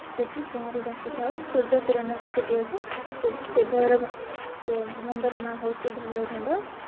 ସେଇଠି ପହଁରିବାକୁ ଯାଉ ସୂର୍ଯ୍ୟକିିରଣ ବି ସେଇଠି ଅଛି ସେ ସେ ଭୈରବ ସେ ବନ୍ଧର ନାଁ ହେଉଛି ଭୈରବ ବନ୍ଧ